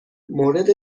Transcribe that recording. مورد